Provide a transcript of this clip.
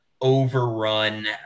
overrun